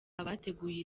abateguye